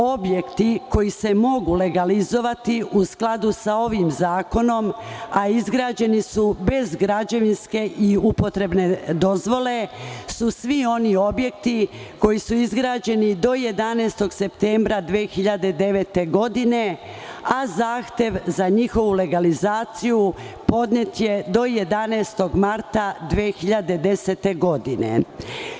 Objekti koji se mogu legalizovati u skladu sa ovim zakonom, a izgrađeni su bez građevinske i upotrebne dozvole su svi oni objekti koji su izgrađeni do 11. septembra 2009. godine, a zahtev za njihovu legalizaciju podnet je do 11. marta 2010. godine.